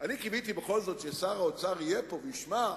בשכר השרים וסגני השרים,